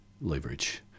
leverage